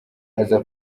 aza